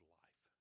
life